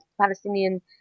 Palestinian